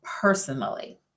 personally